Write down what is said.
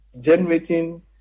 generating